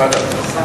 בוועדה.